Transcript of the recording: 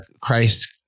Christ